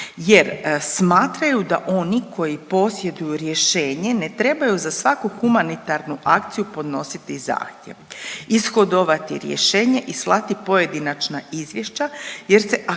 jer smatraju da oni koji posjeduju rješenje ne trebaju za svaku humanitarnu akciju podnositi zahtjev, ishodovati rješenje i slati pojedinačna izvješća jer se aktivnosti